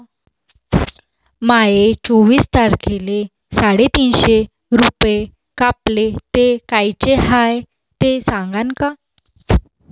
माये चोवीस तारखेले साडेतीनशे रूपे कापले, ते कायचे हाय ते सांगान का?